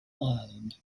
ireland